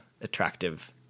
attractive